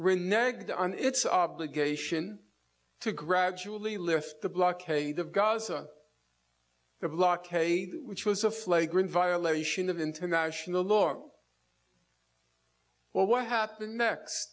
reneged on its obligation to gradually lift the blockade of gaza blockade which was a flagrant violation of international law well what happens next